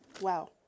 Wow